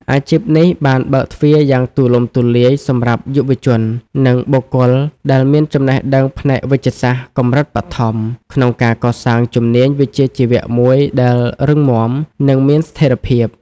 អាជីពនេះបានបើកទ្វារយ៉ាងទូលំទូលាយសម្រាប់យុវជន និងបុគ្គលដែលមានចំណេះដឹងផ្នែកវេជ្ជសាស្ត្រកម្រិតបឋម ក្នុងការកសាងជំនាញវិជ្ជាជីវៈមួយដែលរឹងមាំ និងមានស្ថិរភាព។